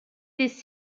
this